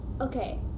okay